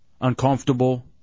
uncomfortable